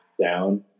down